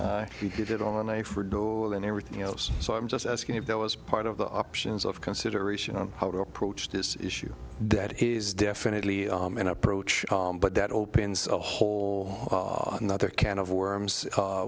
to get it on a and everything else so i'm just asking if that was part of the options of consideration on how to approach this issue that is definitely an approach but that opens a whole another can of worms